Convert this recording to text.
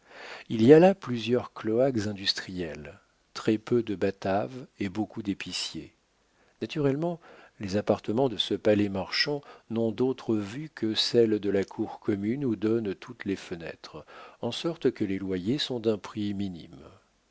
il y a là plusieurs cloaques industriels très-peu de bataves et beaucoup d'épiciers naturellement les appartements de ce palais marchand n'ont d'autre vue que celle de la cour commune où donnent toutes les fenêtres en sorte que les loyers sont d'un prix minime